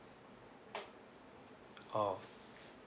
oh